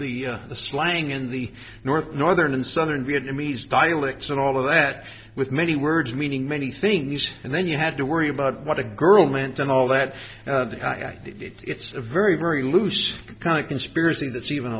the the slang in the north northern and southern vietnamese dialects and all of that with many words meaning many things and then you had to worry about what a girl meant and all that it's a very very loose kind of conspiracy that's even